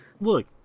Look